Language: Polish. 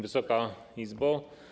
Wysoka Izbo!